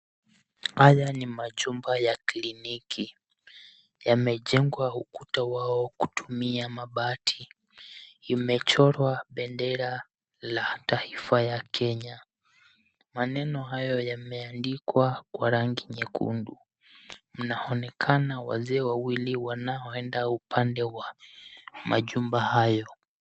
Haya ni majumba ya kliniki. Yamejengwa ukuta wao kutumia mabati, imechorwa bendera la taifa ya Kenya. Maneno hayo yameandikwa kwa rangi nyekundu, mnaonekana wazee wawili wanaoenda upande wa majumba hayo.